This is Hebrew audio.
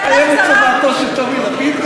אתה מקיים את צוואתו של טומי לפיד?